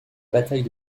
bataille